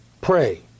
Pray